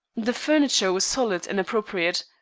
the furniture was solid and appropriate,